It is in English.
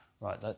right